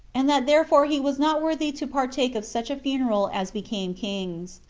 and that therefore he was not worthy to partake of such a funeral as became kings.